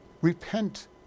Repent